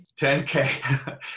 10K